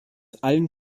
allen